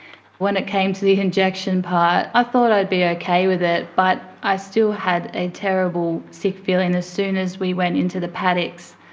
when it came to the injection part i thought i'd be okay with it, but i still had a terrible sick feeling as soon as we went into the paddocks.